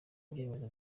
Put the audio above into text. ibyemezo